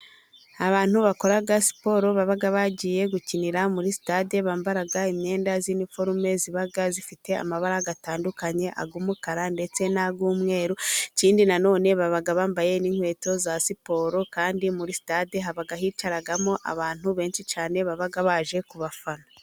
Abantu bakora siporo baba bagiye gukinira muri stade, bambara imyenda y'iniforume ibaga ifite amabara atandukanye, umukara ndetse n'umweru, ikindi na none baba bambaye n'inkweto za siporo kandi muri stade haba hicaramo abantu benshi cyane baba baje kubafana.